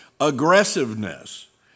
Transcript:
Aggressiveness